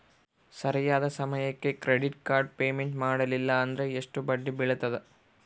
ಸರಿಯಾದ ಸಮಯಕ್ಕೆ credit card payment ಮಾಡಲಿಲ್ಲ ಅಂದ್ರೆ ಎಷ್ಟು ಬಡ್ಡಿ ಬೇಳ್ತದ?